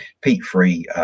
peat-free